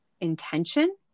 intention